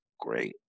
great